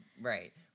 Right